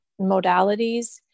modalities